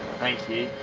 thank you i